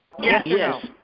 Yes